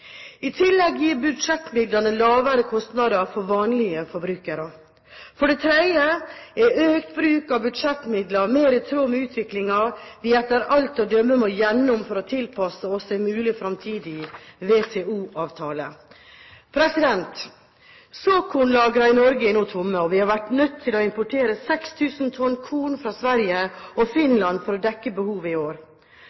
I tillegg gir budsjettmidler lavere kostnader for vanlige forbrukere. For det tredje er økt bruk av budsjettmidlene mer i tråd med utviklingen vi etter alt å dømme må igjennom for å tilpasse oss en mulig fremtidig WTO-avtale. Såkornlagrene i Norge er nå tomme, og vi har vært nødt til å importere 6 000 tonn korn fra Sverige og